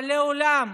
אבל לעולם,